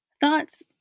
Thoughts